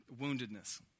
woundedness